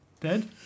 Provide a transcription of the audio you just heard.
Dead